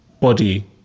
body